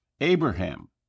Abraham